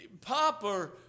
Papa